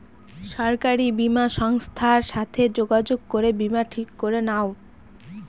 সরকারি বীমা সংস্থার সাথে যোগাযোগ করে বীমা ঠিক করে নাও